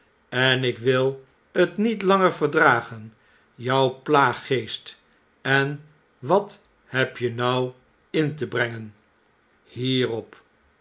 en ik wil t niet langer verdragen jou plaaggeest en wat heb je nou in te brengen hierop